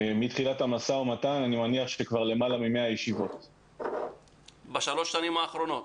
שמתחילת המשא ומתן היו למעלה מ-100 ישיבות בשלוש השנים האחרונות.